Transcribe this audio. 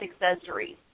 accessories